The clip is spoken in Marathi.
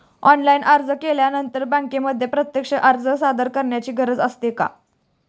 ऑनलाइन अर्ज केल्यानंतर बँकेमध्ये प्रत्यक्ष अर्ज सादर करायची गरज असते का?